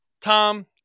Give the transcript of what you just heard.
Tom